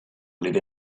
live